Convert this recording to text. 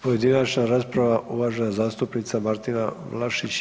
pojedinačna rasprava, uvažena zastupnica Martina Vlašić